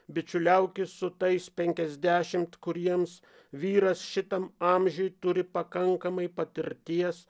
bičiuliaukis su tais penkiasdešimt kuriems vyras šitam amžiuj turi pakankamai patirties